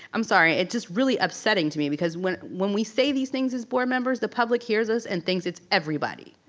i'm sorry it's just really upsetting to me because when when we say these things as board members the public hears us and thinks it's everybody.